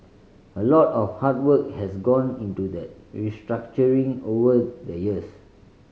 a lot of hard work has gone into that restructuring over the years